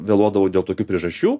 vėluodavau dėl tokių priežasčių